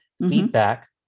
feedback